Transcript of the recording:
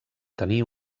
tenir